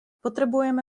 potrebujeme